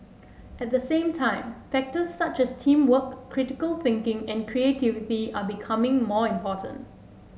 at the same time factors such as teamwork critical thinking and creativity are becoming more important